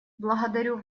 благодарю